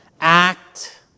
act